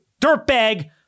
dirtbag